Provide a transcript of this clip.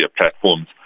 platforms